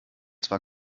zwar